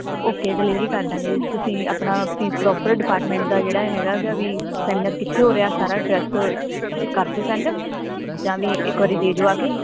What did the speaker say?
okay delivery ਕਰ ਦਵਾਂਗੇ ਜੀ ਤੁਸੀਂ ਆਪਣਾ ਕਿ ਪ੍ਰੋਪਰ ਡਿਪਾਰਟਮੈਂਟ ਦਾ ਜਿਹੜਾ ਹੈਗਾ ਇਹਦਾ ਵੀ ਸੈਮੀਨਾਰ ਕਿੱਥੇ ਹੋ ਰਿਹਾ ਸਾਰਾ ਅਡਰੈਸ ਕਰ ਦਿਓ ਸੈਂਡ ਜਾਂ ਵੀ ਇੱਕ ਵਾਰੀ ਦੇ ਜਾਓ ਆ ਕੇ